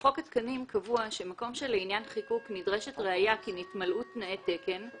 בחוק התקנים קבוע ש"מקום שלעניין חיקוק נדרשת ראיה כי נתמלאו תנאי תקן,